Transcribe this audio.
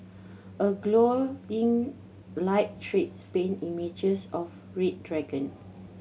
a glowing light trees paint images of red dragon